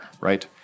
right